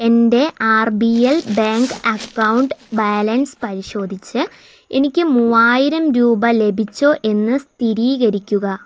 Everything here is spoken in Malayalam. എൻ്റെ R B L bank account balance പരിശോധിച്ച് എനിക്ക് മൂവായിരം രൂപ ലഭിച്ചോ എന്ന് സ്ഥിരീകരിക്കുക